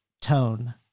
Tone